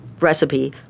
recipe